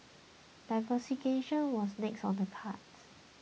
diversification was next on the cards